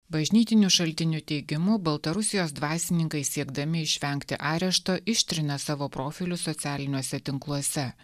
bažnytinių šaltinių teigimu baltarusijos dvasininkai siekdami išvengti arešto ištrina savo profilius socialiniuose tinkluose